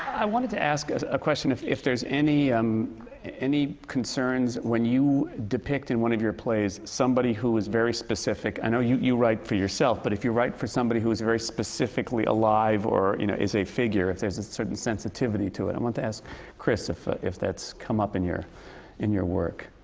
i wanted to ask a a question. if if there's any um any concerns, when you depict in one of your plays somebody who's very specific. i know you you write for yourself. but if you write for somebody who's very specifically alive, or you know is a figure, if there's a certain sensitivity to it. i wanted to ask chris if if that's come up in your in your work.